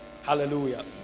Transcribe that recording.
Hallelujah